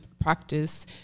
practice